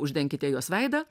uždenkite jos veidą